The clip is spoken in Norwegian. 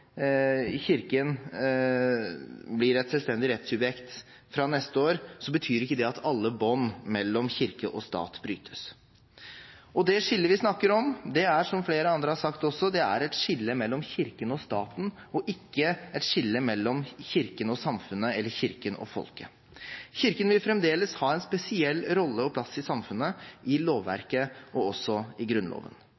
Kirken blir et selvstendig rettssubjekt fra neste år, betyr ikke det at alle bånd mellom kirke og stat brytes. Det skillet vi snakker om, det er, som flere andre også har sagt, et skille mellom Kirken og staten, og ikke et skille mellom Kirken og samfunnet, eller Kirken og folket. Kirken vil fremdeles ha en spesiell rolle og plass i samfunnet, i